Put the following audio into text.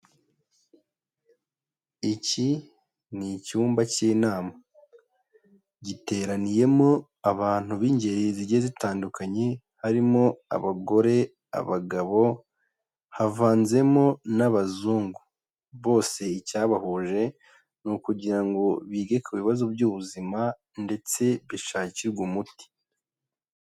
Iki ni icyumba cy'inama, giteraniyemo abantu b'ingeri zigiye zitandukanye harimo abagore, abagabo, havanzemo n'abazungu, bose icyabahuje ni ukugira ngo bige ku bibazo by'ubuzima ndetse bishakirwe umuti.